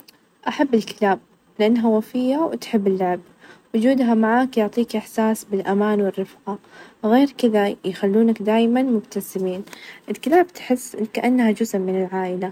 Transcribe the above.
أحب الخيل أحس فيه قوة ،وأناقة بنفس الوقت ،غير إنه عنده وفاء وعلاقة مميزة مع صاحبه والركوب عليه يعطيني شعور بالحرية، والتحكم.